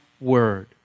word